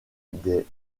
des